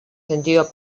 sentido